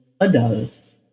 adults